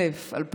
1,000,